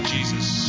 Jesus